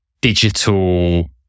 digital